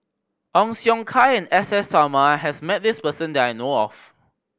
Ong Siong Kai and S S Sarma has met this person that I know of